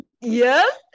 yes